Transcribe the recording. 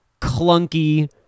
clunky